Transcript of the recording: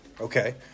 Okay